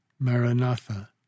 Maranatha